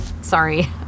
Sorry